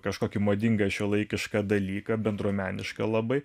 kažkokį madingą šiuolaikišką dalyką bendruomenišką labai